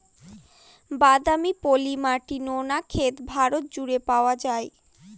বাদামি, পলি মাটি, নোনা ক্ষেত ভারত জুড়ে পাওয়া যায়